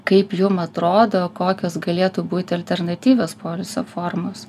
kaip jum atrodo kokios galėtų būti alternatyvios poilsio formos